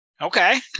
Okay